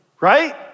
right